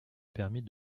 permis